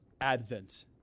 advent